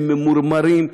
והם ממורמרים,